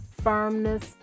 firmness